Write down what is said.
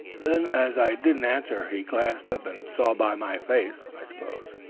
then, as i didn't answer, he glanced up and saw by my face, i suppose,